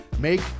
Make